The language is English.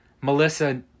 Melissa